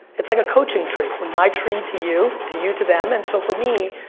it's like a coaching tree. from my tree to you, to you to them and so for me,